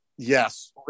Yes